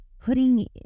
putting